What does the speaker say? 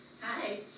Hi